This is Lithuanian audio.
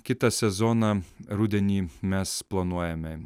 kitą sezoną rudenį mes planuojamem